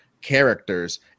characters